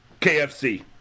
KFC